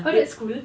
oh that's cool